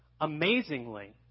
Amazingly